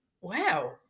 wow